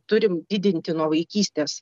turim didinti nuo vaikystės